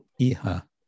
iha